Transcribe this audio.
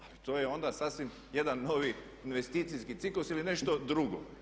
Ali to je onda sasvim jedan novi investicijski ciklus ili nešto drugo.